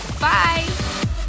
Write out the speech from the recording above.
Bye